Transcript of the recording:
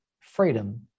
freedom